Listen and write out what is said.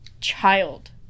Child